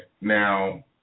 Now